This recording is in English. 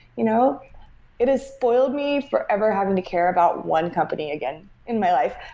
you know it has spoiled me forever having to care about one company again in my life.